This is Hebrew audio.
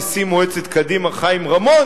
נשיא מועצת קדימה חיים רמון,